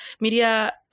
media